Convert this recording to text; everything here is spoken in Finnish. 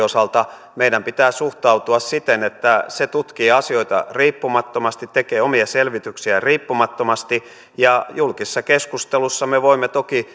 osalta meidän pitää suhtautua siten että se tutkii asioita riippumattomasti tekee omia selvityksiä riippumattomasti julkisessa keskustelussa me voimme toki